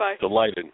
Delighted